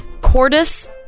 Cordis